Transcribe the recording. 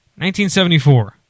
1974